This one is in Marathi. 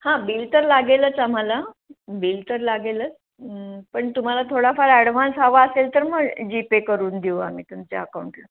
हां बिल तर लागेलच आम्हाला बिल तर लागेलच पण तुम्हाला थोडाफार ॲडव्हान्स हवा असेल तर मग जीपे करून देऊ आम्ही तुमच्या अकाऊंटला